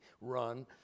Run